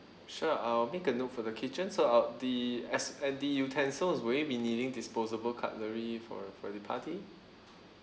sure I will make a note for the kitchen so I'll the as and the utensils will you be needing disposable cutlery for for the party